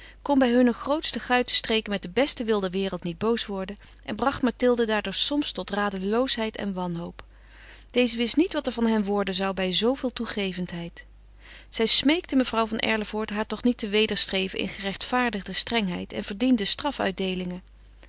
kon bij hunne grootste guitenstreken met den besten wil der wereld niet boos worden en bracht mathilde daardoor soms tot radeloosheid en wanhoop deze wist niet wat er van hen worden zou bij zooveel toegevendheid zij smeekte mevrouw van erlevoort haar toch niet te wederstreven in gerechtvaardigde strengheid en verdiende